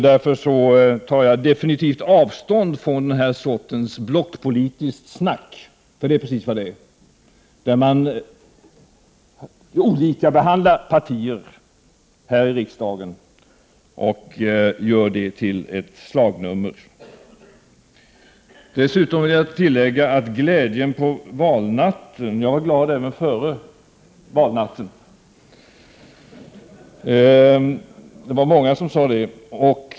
Därför tar jag definitivt avstånd från den här sortens blockpolitiskt snack, för det är precis vad det är, där partierna behandlas olika och detta görs till ett slagnummer. Jag vill dessutom tillägga om glädjen på valnatten att jag var glad redan före valnatten. Det var många som sade det.